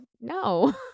no